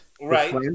Right